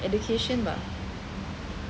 education ah